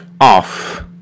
off